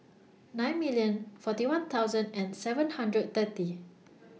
nine million forty one thousand and seven hundred thirty